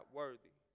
worthy